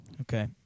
Okay